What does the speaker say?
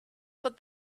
put